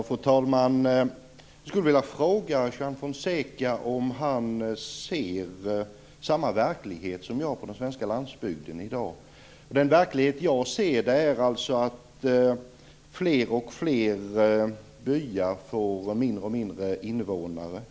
Fru talman! Jag skulle vilja fråga Juan Fonseca om han ser samma verklighet som jag på den svenska landsbygden i dag. Den verklighet jag ser är alltså att fler och fler byar får mindre och mindre invånare.